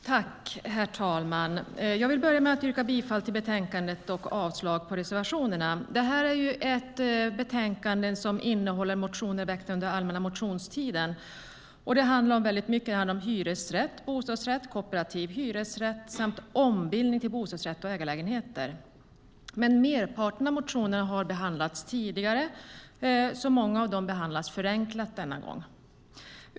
Herr talman! Jag vill börja med att yrka bifall till förslaget i betänkandet och avslag på reservationerna. Det här är ett betänkande som innehåller motioner väckta under allmänna motionstiden. Det handlar om väldigt mycket: hyresrätt, bostadsrätt, kooperativ hyresrätt samt ombildning till bostadsrätt och ägarlägenheter. Merparten av motionerna har behandlats tidigare, så många av dem behandlas förenklat denna gång.